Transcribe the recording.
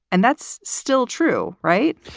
and that's still true, right?